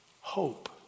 hope